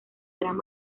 gran